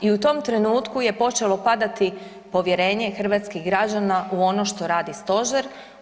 I u tom trenutku je počelo padati povjerenje hrvatskih građana u ono što radi stožer.